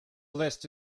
list